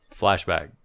flashback